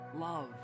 love